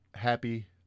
Happy